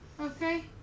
okay